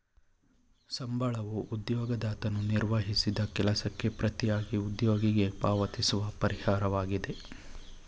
ಸಂಬಳವೂ ಉದ್ಯೋಗದಾತನು ನಿರ್ವಹಿಸಿದ ಕೆಲಸಕ್ಕೆ ಪ್ರತಿಯಾಗಿ ಉದ್ಯೋಗಿಗೆ ಪಾವತಿಸುವ ಪರಿಹಾರವಾಗಿದೆ